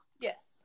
yes